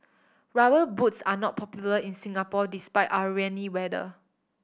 Rubber Boots are not popular in Singapore despite our rainy weather